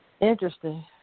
Interesting